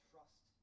trust